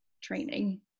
training